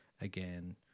again